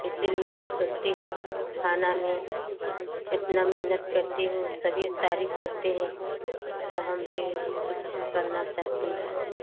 इसीलिए हम सोचती हूँ खाना में इतना मेहनत करती हूँ सभी तारीफ करते हैं तो हम भी कुछ करना चाहती हूँ